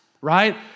Right